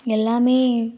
எல்லாமே